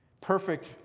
Perfect